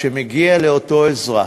כשמגיע לאותו אזרח,